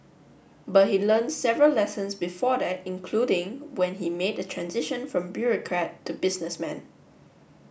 but he learnt several lessons before that including that when he made the transition from bureaucrat to businessman